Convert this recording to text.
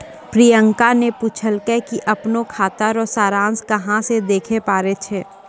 प्रियंका ने पूछलकै कि अपनो खाता रो सारांश कहां से देखै पारै छै